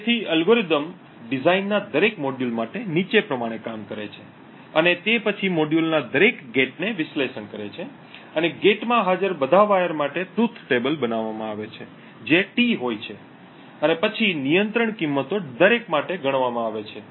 તેથી અલ્ગોરિધમ ડિઝાઇનના દરેક મોડ્યુલ માટે નીચે પ્રમાણે કામ કરે છે અને તે પછી મોડ્યુલના દરેક ગેટ નો વિશ્લેષણ કરે છે અને ગેટ માં હાજર બધા વાયર માટે સત્ય કોષ્ટક બનાવવામાં આવે છે જે T હોય છે અને પછી નિયંત્રણ કિંમતો દરેક માટે ગણવામાં આવે છે